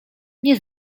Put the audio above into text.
nie